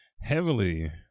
heavily